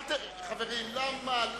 חברים, למה?